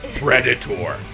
Predator